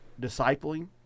discipling